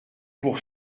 pour